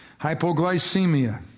hypoglycemia